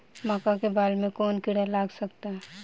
मका के बाल में कवन किड़ा लाग सकता?